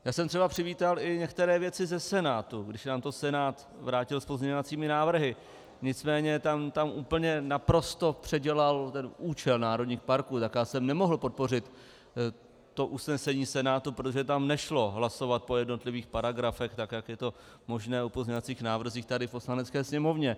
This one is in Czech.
Já jsem třeba přivítal i některé věci ze Senátu, když nám to Senát vrátil s pozměňovacími návrhy, nicméně tam úplně naprosto předělal účel národních parků, tak já jsem nemohl podpořit usnesení Senátu, protože tam nešlo hlasovat po jednotlivých paragrafech, jak je to možné o pozměňovacích návrzích tady v Poslanecké sněmovně.